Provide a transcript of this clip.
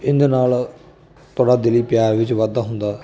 ਇਹਦੇ ਨਾਲ ਤੁਹਾਡਾ ਦਿਲੀਂ ਪਿਆਰ ਵਿੱਚ ਵਾਧਾ ਹੁੰਦਾ